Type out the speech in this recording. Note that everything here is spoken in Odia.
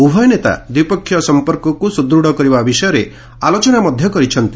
ଉଭୟ ନେତା ଦ୍ୱିପକ୍ଷିୟ ସମ୍ପର୍କକୁ ସୁଦୃତ୍ କରିବା ବିଷୟରେ ଆଲୋଚନା କରିଛନ୍ତି